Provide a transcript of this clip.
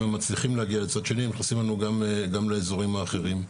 מצליחים להגיע לצד השני ונכנסים לנו גם לאזורים האחרים.